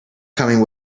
coming